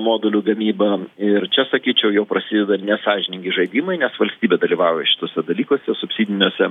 modulių gamyba ir čia sakyčiau jau prasideda nesąžiningi žaidimai nes valstybė dalyvauja šituose dalykuose subsidiniuose